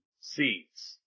seats